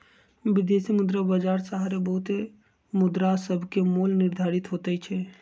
विदेशी मुद्रा बाजार सहारे बहुते मुद्रासभके मोल निर्धारित होतइ छइ